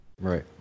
right